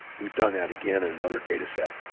we've done that again in another data set.